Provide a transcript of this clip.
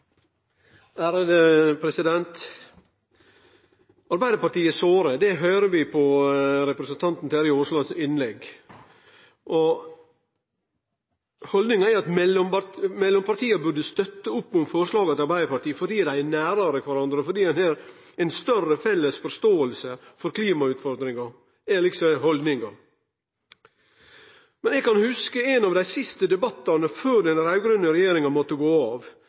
høyrer vi på innlegget til representanten Terje Aasland. Haldninga er at mellompartia burde støtte opp om forslaga til Arbeidarpartiet fordi dei er nærare kvarandre, og fordi ein har ei større felles forståing for klimautfordringa. Eg kan hugse ein av dei siste debattane før den raud-grøne regjeringa måtte gå av.